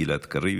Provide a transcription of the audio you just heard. גלעד קריב,